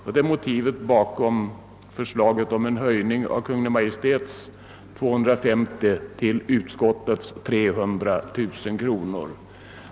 Detta är motivet bakom utskottets förslag om en höjning av Kungl. Maj:ts 250 000 kronor till 300 000 kronor.